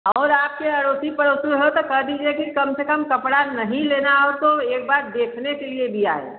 और आपके अड़ोसी पड़ोस में हो तो कह दीजिए कि कम से कम कपड़ा नहीं लेना हो तो एक बार देखने के लिए भी आए